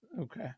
okay